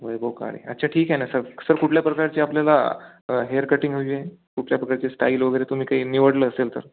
वैभव काळे अच्छा ठीक आहे ना सर सर कुठल्या प्रकारची आपल्याला हेअर कटिंग हवी आहे कुठल्या प्रकारची स्टाईल वगैरे तुम्ही काही निवडलं असेल तर